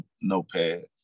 notepad